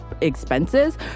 expenses